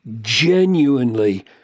genuinely